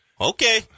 Okay